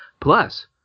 Plus